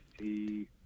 see